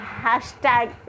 hashtag